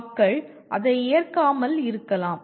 மக்கள் அதை ஏற்காமல் இருக்கலாம்